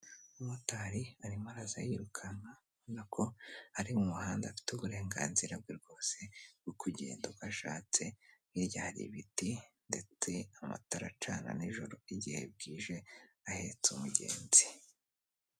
Umumotari arimo araza yirukanka, ubona ko ari mumuhanda afite uburenganzira bwe bwose bwo kugenda uko ashatse, hirya hari ibiti ndetse n'amatara acana n'ijoro igihe bwije ahetse umugenzi.